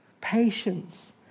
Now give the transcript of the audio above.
patience